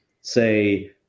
say